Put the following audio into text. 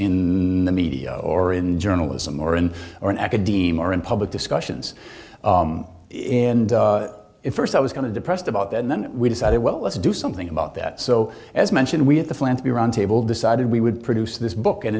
in the media or in journalism or in or in academia or in public discussions in the first i was going to depressed about that and then we decided well let's do something about that so as mentioned we had the plan to be roundtable decided we would produce this book and